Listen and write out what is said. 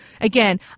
Again